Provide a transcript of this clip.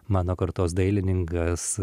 mano kartos dailininkas